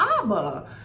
ABBA